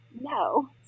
no